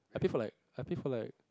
I think for like I think for like